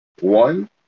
One